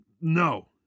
No